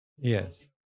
Yes